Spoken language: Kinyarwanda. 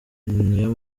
niyo